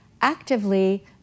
actively